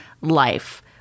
life